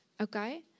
Okay